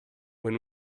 when